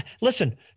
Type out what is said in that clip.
listen